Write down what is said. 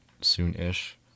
soon-ish